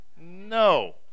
No